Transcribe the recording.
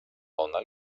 ona